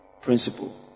principle